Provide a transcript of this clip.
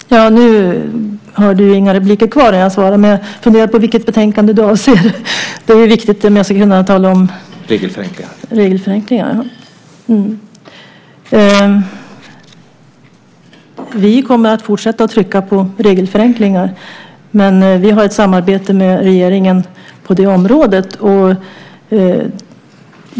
Herr talman! Nu har du inga repliker kvar när jag har svarat. Men jag funderar på vilket betänkande du avser. Det är ju viktigt om jag ska kunna säga något. : Regelförenklingar.) Vi kommer att fortsätta att trycka på regelförenklingar, men vi har ett samarbete med regeringen på det området.